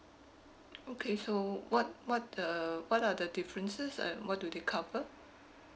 okay so what what the what are the differences and what do they cover